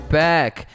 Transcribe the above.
back